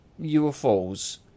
UFOs